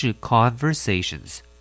conversations